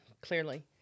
Clearly